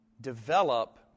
develop